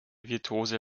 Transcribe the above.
virtuose